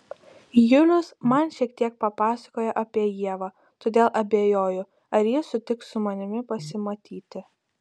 julius man šiek tiek papasakojo apie ievą todėl abejoju ar ji sutiks su manimi pasimatyti